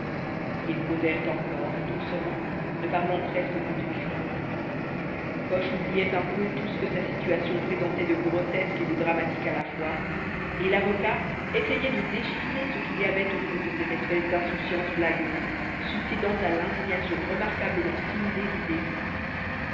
ils causèrent encore doucement ne parlant presque plus du crime coche oubliait un peu tout ce que sa situation présentait de grotesque et de dramatique à la fois et l'avocat essayait de déchiffrer ce qu'il y avait au fond de cette espèce d'insouciance blagueuse succédant à l'indignation remarquablement simulée du début